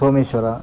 Someshwara